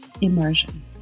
Immersion